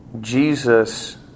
Jesus